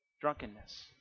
Drunkenness